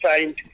signed